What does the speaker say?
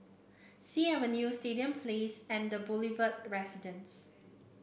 Sea Avenue Stadium Place and The Boulevard Residence